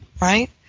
right